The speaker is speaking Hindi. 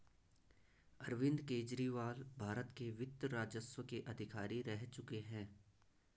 अरविंद केजरीवाल भारत के वित्त राजस्व के अधिकारी रह चुके हैं